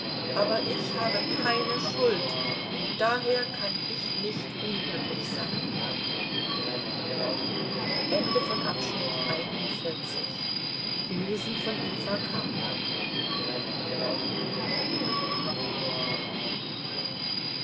aber ich habe keine schuld und daher kann ich nicht unglücklich sein